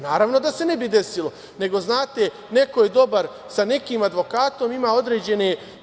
Naravno da se ne bi desilo, nego, znate, neko je dobar sa nekim advokatom, ima određene…